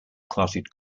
clotted